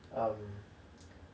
um